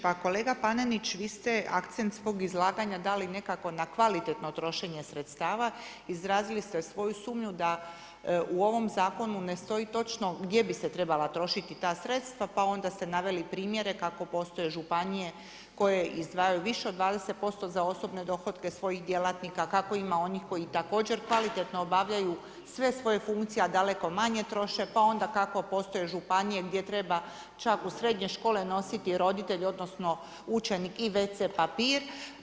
Pa kolega Panenić, vi ste akcent svog izlaganja dali nekako na kvalitetno trošenje sredstava, izrazili ste svoju sumnju da u ovom zakon ne stoji točno gdje bi se trebala trošiti ta sredstava pa onda ste naveli primjere kako postoje županije koje izdvajaju više od 20% za osobne dohotke svojih djelatnika, kako ima onih koji također kvalitetno obavljaju sve svoje funkcije a daleko manje troše, pa onda kako postoje županije gdje treba čak u srednje škole nositi roditelj odnosno učenik i wc papir.